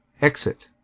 exit